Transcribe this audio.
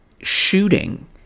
shooting